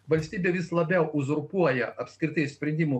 valstybė vis labiau uzurpuoja apskritai sprendimų